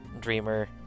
Dreamer